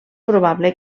probable